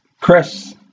Chris